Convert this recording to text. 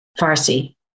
Farsi